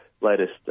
latest